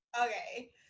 Okay